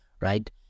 right